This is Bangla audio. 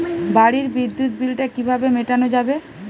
বাড়ির বিদ্যুৎ বিল টা কিভাবে মেটানো যাবে?